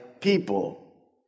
people